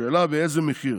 השאלה באיזה מחיר.